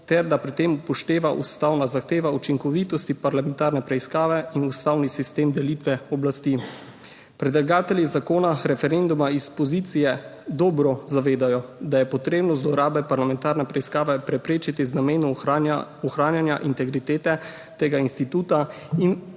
ter da se pri tem upošteva ustavna zahteva učinkovitosti parlamentarne preiskave in ustavni sistem delitve oblasti.« Predlagatelji zakona referenduma iz pozicije se dobro zavedajo, da je potrebno zlorabe parlamentarne preiskave preprečiti z namenom ohranjanja integritete tega instituta in